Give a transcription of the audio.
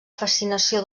fascinació